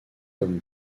comme